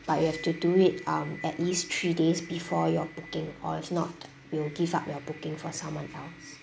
but you have to do it um at least three days before your booking or if not we'll give up your booking for someone else